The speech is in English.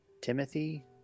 Timothy